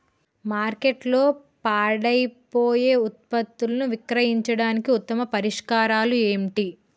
మార్కెట్లో పాడైపోయే ఉత్పత్తులను విక్రయించడానికి ఉత్తమ పరిష్కారాలు ఏంటి?